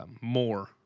more –